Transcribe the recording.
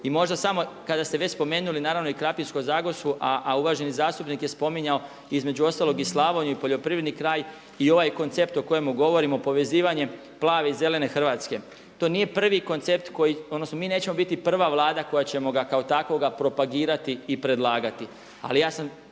Mi možda samo, kada ste već spomenuli naravno i Krapinsko-zagorsku a uvaženi zastupnik je spominjao između ostalog i Slavoniju i poljoprivredni kraj i ovaj koncept o kojemu govorimo povezivanje plave i zelene Hrvatske. To nije prvi koncept koji, odnosno mi nećemo biti prva Vlada koja ćemo ga kao takvoga propagirati i predlagati